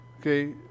Okay